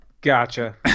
gotcha